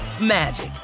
magic